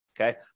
Okay